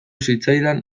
zitzaizkidan